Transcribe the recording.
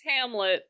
Hamlet